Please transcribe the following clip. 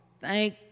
thank